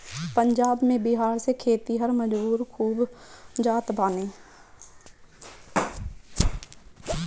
पंजाब में बिहार से खेतिहर मजूर खूब जात बाने